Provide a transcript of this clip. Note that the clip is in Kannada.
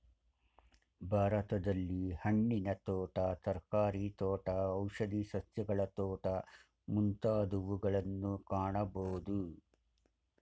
ಭಾರತದಲ್ಲಿ ಹಣ್ಣಿನ ತೋಟ, ತರಕಾರಿ ತೋಟ, ಔಷಧಿ ಸಸ್ಯಗಳ ತೋಟ ಮುಂತಾದವುಗಳನ್ನು ಕಾಣಬೋದು